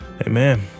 Amen